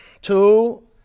two